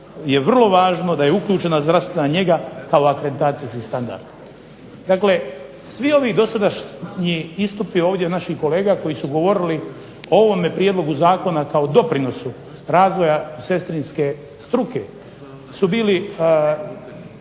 je vrlo važno da je uključena zdravstvena njega kao akreditacijski standard. Dakle, svi ovi dosadašnji istupi ovdje naših kolega koji su govorili o ovome prijedlogu zakona kao doprinosu razvoja sestrinske struke su bili